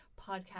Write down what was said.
podcast